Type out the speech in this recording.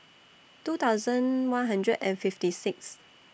two thousand one hundred and fifty Sixth